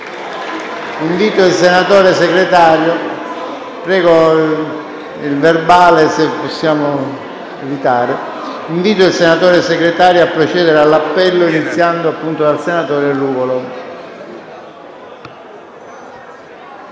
Invito il senatore Segretario a procedere all'appello, iniziando dal senatore Ruvolo.